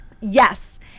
yes